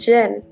Jen